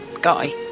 guy